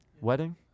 Wedding